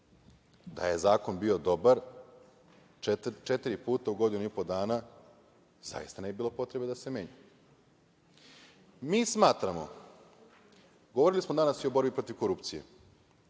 Da je zakon bio dobar, četiri puta u godinu i po dana zaista ne bi bilo potrebe da se menja. Mi smatramo, govorili smo danas i o borbi protiv korupcije,